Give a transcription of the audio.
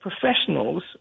professionals